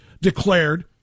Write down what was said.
declared